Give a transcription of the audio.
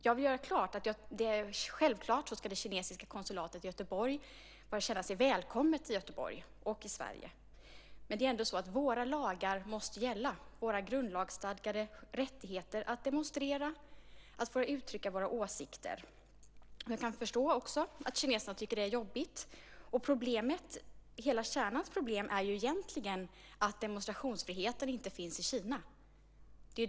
Jag vill göra klart att det kinesiska konsulatet självklart ska känna sig välkommet i Göteborg och i Sverige. Men våra lagar måste gälla - våra grundlagsstadgade rättigheter att demonstrera och att få uttrycka våra åsikter. Men jag kan också förstå att kineserna tycker att det är jobbigt. Problemets kärna är egentligen att demonstrationsfriheten inte finns i Kina.